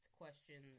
question